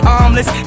armless